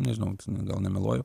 nežinau gal nemeluoju